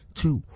two